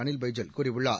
அனில் பைஜல் கூறியுள்ளார்